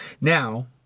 Now